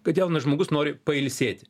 kad jaunas žmogus nori pailsėti